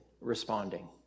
responding